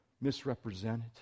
misrepresented